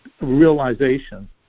realization